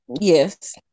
Yes